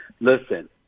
listen